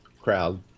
crowd